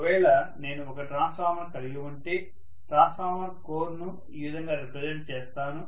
ఒక వేళ నేను ఒక ట్రాన్స్ఫార్మర్ కలిగి ఉంటే ట్రాన్స్ఫార్మర్ కోర్ ను ఈ విధంగా రెప్రజెంట్ చేస్తాను